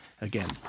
again